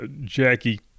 Jackie